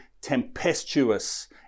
tempestuous